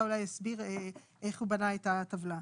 אולי יסביר איך הוא בנה את הטבלה.